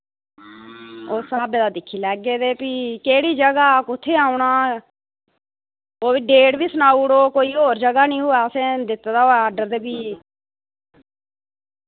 उस स्हाबे दा दिक्खी लैगे ते फ्ही केह्ड़ी जगह कुत्थे औना ओह् वी डेट बी सनाउड़ो कोई और जगह नी होऐ असैं दित्ते दा होऐ आर्डर ते फ्ही